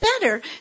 better